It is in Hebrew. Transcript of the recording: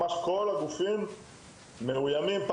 ממש כל הגופים ספגו איומים,